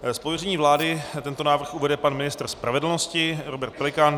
Z pověření vlády tento návrh uvede pan ministr spravedlnosti Robert Pelikán.